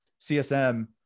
CSM